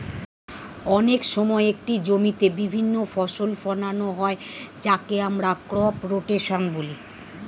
অনেক সময় একটি জমিতে বিভিন্ন ফসল ফোলানো হয় যাকে আমরা ক্রপ রোটেশন বলি